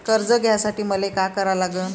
कर्ज घ्यासाठी मले का करा लागन?